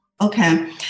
Okay